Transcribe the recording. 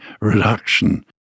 reduction